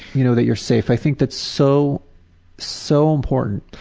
you know, that you're safe. i think that's so so important.